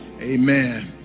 Amen